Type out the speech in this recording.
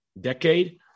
decade